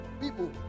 People